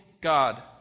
God